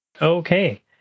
Okay